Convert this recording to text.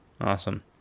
awesome